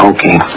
Okay